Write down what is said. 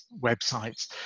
websites